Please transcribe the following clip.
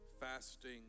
fasting